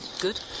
good